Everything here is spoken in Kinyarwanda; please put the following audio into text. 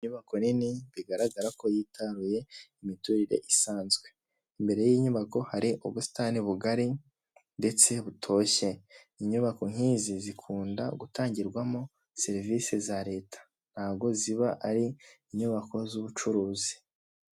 Inyubako nini bigaragara ko yitaruye imiturire isanzwe, imbere y'inyubako hari ubusitani bugari ndetse butoshye. Inyubako nk'izi zikunda gutangirwamo serivisi za leta, ntago ziba ari inyubako z'ubucuruzi.